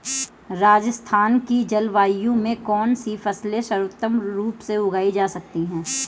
राजस्थान की जलवायु में कौन कौनसी फसलें सर्वोत्तम रूप से उगाई जा सकती हैं?